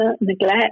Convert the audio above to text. neglect